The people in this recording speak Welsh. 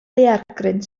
daeargryn